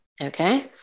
okay